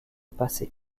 passé